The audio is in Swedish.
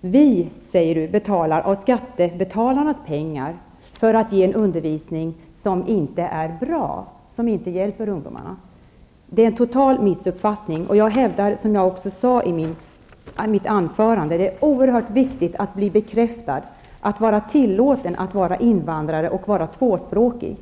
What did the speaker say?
Vi, säger Ian Wachtmeister, tar av skattebetalarnas pengar för att ge en undervisning som inte är bra och som inte hjälper ungdomarna. Men det är en total missuppfattning. Jag hävdar, som jag också sade i mitt anförande, att det är oerhört viktigt att bli bekräftad, att vara tillåten, att vara invandrare och att vara tvåspråkig.